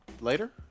later